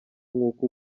nk’uko